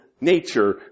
nature